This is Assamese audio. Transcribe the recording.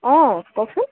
অঁ কওকচোন